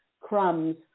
crumbs